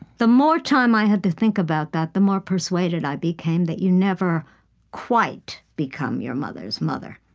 the more time i had to think about that, the more persuaded i became that you never quite become your mother's mother.